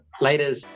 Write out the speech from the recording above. Later